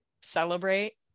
celebrate